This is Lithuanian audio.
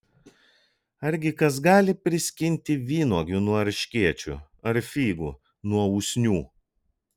argi kas gali priskinti vynuogių nuo erškėčių ar figų nuo usnių